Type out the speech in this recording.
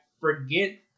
forget